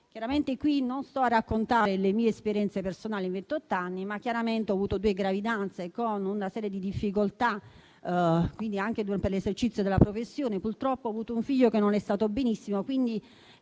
mandato. Qui non sto a raccontare le mie esperienze personali in ventott'anni, ma io ho avuto due gravidanze, con una serie di difficoltà, anche durante l'esercizio della professione. Purtroppo, ho avuto un figlio che non è stato benissimo. Quindi,